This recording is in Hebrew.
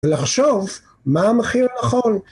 לחשוב מה המחיר נכון.